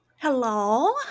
Hello